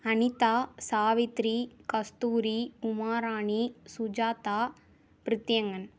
Anitha Savitri Kasturi Umarani Sujatha Prithiyangan